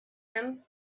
him